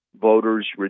voters